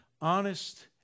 honest